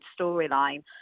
storyline